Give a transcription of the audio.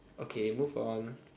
okay move on